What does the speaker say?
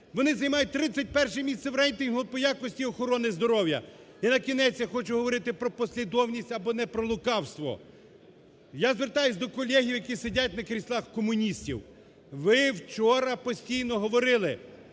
вони займають 31 місце в рейтингу по якості охорони здоров'я. І накінець я хочу говорити про послідовність або не про лукавство. Я звертаюсь до колег, які сидять на кріслах комуністів, ви вчора постійно говорили: